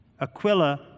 Aquila